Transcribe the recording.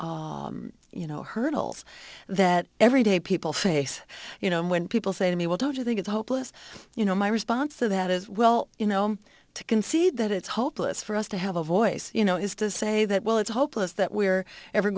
undemocratic you know hurdles that everyday people face you know when people say to me well don't you think it's hopeless you know my response to that is well you know to concede that it's hopeless for us to have a voice you know is to say that well it's hopeless that we're ever